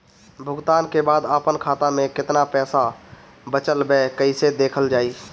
भुगतान के बाद आपन खाता में केतना पैसा बचल ब कइसे देखल जाइ?